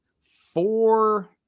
four